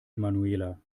emanuela